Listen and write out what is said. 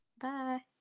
Bye